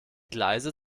gleise